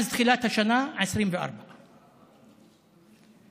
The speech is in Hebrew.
מתחילת השנה: 24. עכשיו,